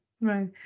right